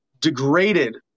degraded